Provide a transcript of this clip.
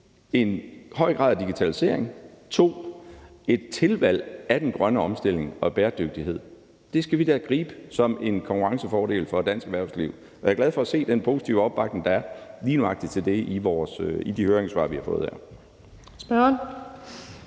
en høj grad af digitalisering og 2) et tilvalg af den grønne omstilling og bæredygtighed. Det skal vi da gribe som en konkurrencefordel for dansk erhvervsliv. Og jeg er glad for at se den positive opbakning, der er lige nøjagtig til det i de høringssvar, vi har fået her. Kl.